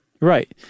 Right